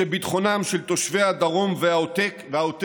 שביטחונם של תושבי הדרום והעוטף